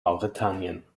mauretanien